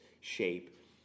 shape